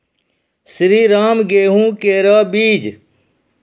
श्रीराम गेहूँ केरो बीज?